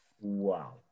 Wow